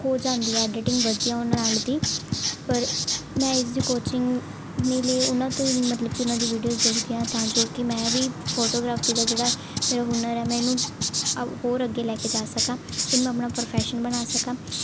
ਹੋ ਜਾਂਦੀ ਐਡੀਟਿੰਗ ਵਧੀਆ ਉਹਨਾਂ ਨਾਲ ਦੀ ਪਰ ਮੈਂ ਇਸਦੀ ਕੋਚਿੰਗ ਨਹੀਂ ਲਈ ਉਹਨਾਂ ਤੋਂ ਹੀ ਮਤਲਬ ਕਿ ਉਹਨਾਂ ਦੀ ਵੀਡੀਓਸ ਦੇਖਦੀ ਹਾਂ ਤਾਂ ਜੋ ਕਿ ਮੈਂ ਵੀ ਫੋਟੋਗ੍ਰਾਫੀ ਦਾ ਜਿਹੜਾ ਮੇਰਾ ਹੁਨਰ ਹੈ ਮੈਂ ਇਹਨੂੰ ਹੋਰ ਅੱਗੇ ਲੈ ਕੇ ਜਾ ਸਕਾਂ ਇਹਨੂੰ ਮੈਂ ਆਪਣਾ ਪ੍ਰੋਫੈਸ਼ਨ ਬਣਾ ਸਕਾਂ